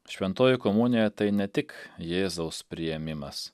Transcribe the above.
šventoji komunija tai ne tik jėzaus priėmimas